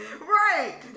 right